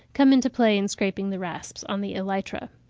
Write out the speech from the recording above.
come into play in scraping the rasps on the elytra,